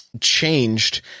changed